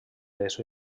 les